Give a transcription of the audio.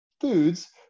foods